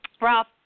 Ralph